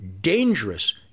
dangerous